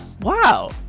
Wow